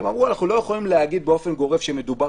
הם אמרו: אנחנו לא יכולים להגיד באופן גורף שמדובר